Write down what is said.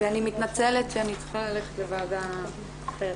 אני מתנצלת שאני צריכה ללכת לוועדה אחרת.